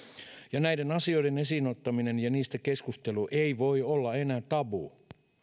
ja näiden asioiden esiin ottaminen ja niistä keskustelu ei voi olla enää tabu